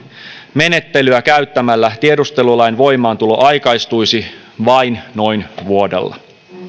menettelyä käyttämällä tiedustelulain voimaantulo aikaistuisi vain noin vuodella